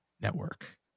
network